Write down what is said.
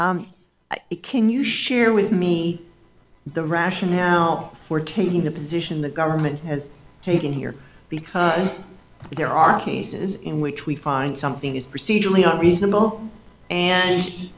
can you share with me the rationale for taking the position the government has taken here because there are cases in which we find something is procedurally are reasonable and